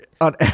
on